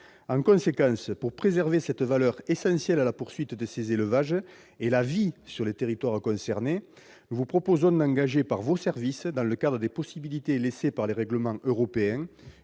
En conséquence, pour préserver cette aide essentielle au maintien de ces élevages et à la vie dans les territoires concernés, nous vous demandons de faire réaliser par vos services, dans le cadre des possibilités laissées par les règlements européens,